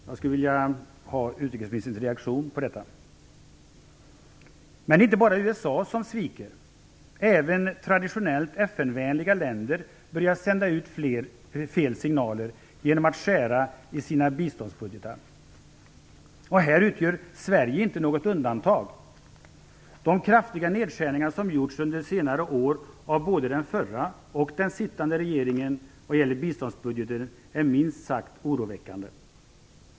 Jag skulle vilja ha utrikesministerns reaktion på detta. Det är dock inte bara USA som sviker. Även traditionellt FN-vänliga länder börjar sända ut fel signaler genom att skära i sina biståndsbudgetar. Här utgör Sverige inte något undantag. De kraftiga nedskärningar som gjorts under senare år av både den förra och den sittande regeringen vad gäller biståndsbudgeten är minst sagt oroväckande.